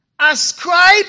ascribe